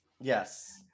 Yes